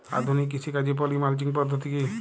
আধুনিক কৃষিকাজে poly mulching পদ্ধতি কি?